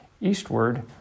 eastward